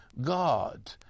God